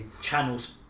channels